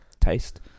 taste